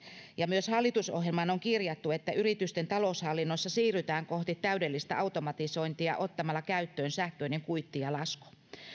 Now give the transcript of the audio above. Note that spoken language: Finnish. ja myös hallitusohjelmaan on kirjattu että yritysten taloushallinnossa siirrytään kohti täydellistä automatisointia ottamalla käyttöön sähköinen kuitti ja lasku